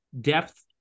depth